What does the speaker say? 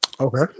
Okay